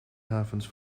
havens